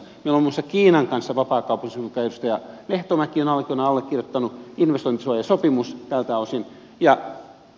meillä on muun muassa kiinan kanssa vapaakauppasopimus jonka edustaja lehtomäki on aikoinaan allekirjoittanut investointisuojasopimus tältä osin ja